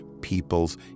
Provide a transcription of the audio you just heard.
people's